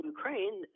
Ukraine